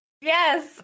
Yes